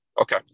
Okay